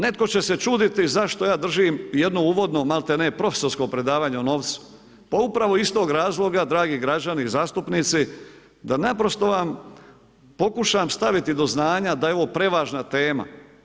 Netko će se čuditi zašto ja držim jednu uvodno maltene profesorsko predavanje o novcu, pa upravo iz tog razloga dragi građani i zastupnici da naprosto vam pokušam staviti do znanja da je ovo prevažna tema.